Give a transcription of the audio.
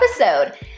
episode